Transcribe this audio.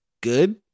good